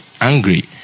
angry